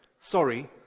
sorry